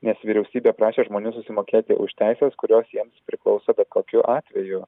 nes vyriausybė prašė žmonių susimokėti už teises kurios jiems priklauso bet kokiu atveju